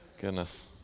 Goodness